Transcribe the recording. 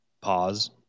pause